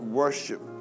worship